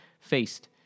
faced